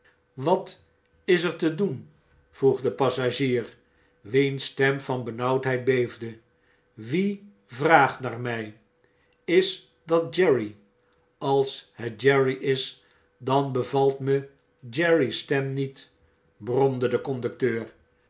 wat is er te doen vroeg de passagier wiens stem van benauwdheid beefde wie vraagt naar my is dat jerry a ls het jerry is dan bevalt me jerry's stem niet bromde de conducteur